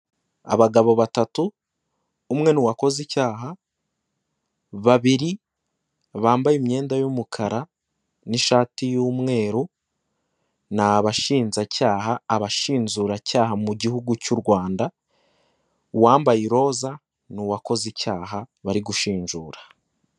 Abagabo batatu umwe n'wakoze icyaha, babiri bambaye imyenda y'umukara n'ishati y'umweru ni abashinjacyaha, abashinjuracyaha mu gihugu cy'u Rwanda, uwambaye iroza n'uwakoze icyaha bari gushinjura.